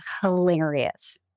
hilarious